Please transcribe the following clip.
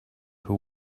who